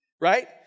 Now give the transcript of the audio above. right